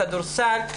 כדורסל,